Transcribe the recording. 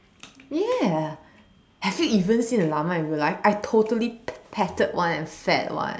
ya have you even seen a llama in real life I totally pat patted one and fed one